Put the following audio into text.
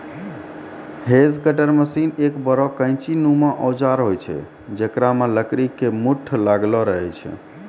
hedge cutter machine एक बड़ो कैंची नुमा औजार होय छै जेकरा मॅ लकड़ी के मूठ लागलो रहै छै